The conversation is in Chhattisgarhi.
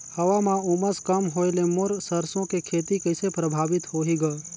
हवा म उमस कम होए ले मोर सरसो के खेती कइसे प्रभावित होही ग?